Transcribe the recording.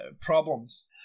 problems